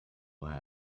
will